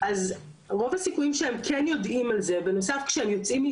בנוסף כשהם יוצאים בישראל חלה חובה על המעסיק שלהם,